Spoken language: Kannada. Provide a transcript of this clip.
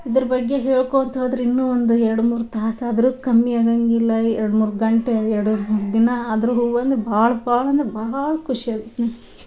ಅದ್ರ ಬಗ್ಗೆ ಹೇಳ್ಕೊತಾ ಹೋದರೆ ಇನ್ನೂ ಒಂದು ಎರಡು ಮೂರು ತಾಸಾದರು ಕಮ್ಮಿಯಾಗಂಗಿಲ್ಲ ಎರಡು ಮೂರು ಗಂಟೆ ಎರಡು ಮೂರು ದಿನ ಆದರು ಹೂವಂದ್ರೆ ಭಾಳ ಭಾಳಂದ್ರೆ ಭಾಳ ಖುಷಿಯಾಗತ್ತೆ ನಂಗೆ